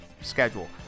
schedule